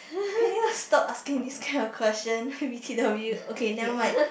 can you stop asking this kind of question wicked of you okay never mind